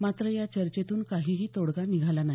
मात्र या चर्चेतून काहीही तोडगा निघाला नाही